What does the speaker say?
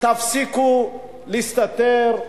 תפסיקו להסתתר.